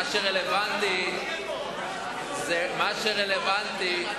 בשבילם זה רלוונטי.